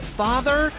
father